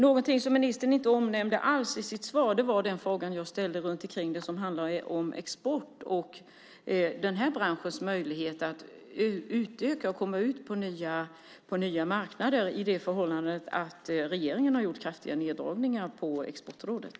Någonting som ministern inte omnämnde alls i sitt svar var den fråga jag ställde om det som handlar om export och den här branschens möjlighet att utöka och komma ut på nya marknader under det förhållandet att regeringen har gjort kraftiga neddragningar på Exportrådet.